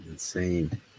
Insane